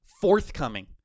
forthcoming